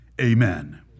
amen